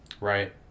right